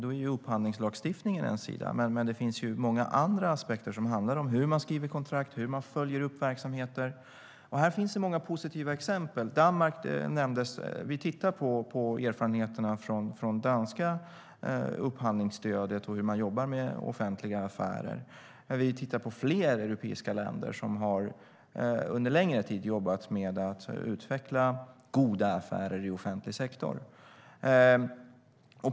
Då är upphandlingslagstiftningen en sida, men det finns många andra aspekter som handlar om hur man skriver kontrakt och hur man följer upp verksamheter. Här finns många positiva exempel. Danmark nämndes. Vi tittar på erfarenheterna från det danska upphandlingsstödet och på hur man jobbar med offentliga affärer. Men vi tittar också på fler europeiska länder som under en längre tid har jobbat med att utveckla goda affärer i offentlig sektor.